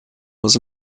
was